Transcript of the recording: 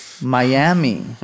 Miami